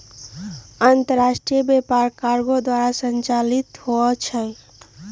अंतरराष्ट्रीय व्यापार कार्गो द्वारा संचालित होइ छइ